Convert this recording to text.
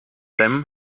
them